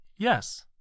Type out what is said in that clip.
Yes